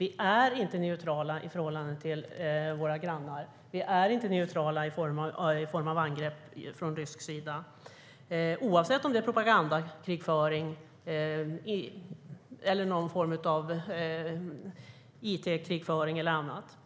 Vi är inte neutrala i förhållande till våra grannar, och vi är inte neutrala när det gäller angrepp från rysk sida - oavsett om det är propagandakrigföring, någon form av it-krigföring eller annat.